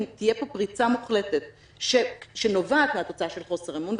אם תהיה פה פריצה מוחלטת שנובעת מהתוצאה של חוסר אמון,